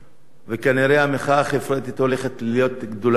וכנראה המחאה החברתית הולכת להיות גדולה יותר.